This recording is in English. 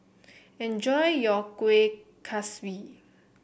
enjoy your Kueh Kaswi